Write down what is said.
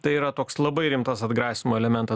tai yra toks labai rimtas atgrasymo elementas